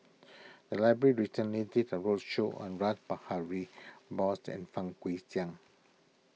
the library recently did a roadshow on Rash Behari Bose and Fang Guixiang